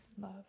Love